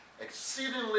exceedingly